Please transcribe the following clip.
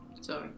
sorry